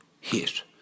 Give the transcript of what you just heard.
hit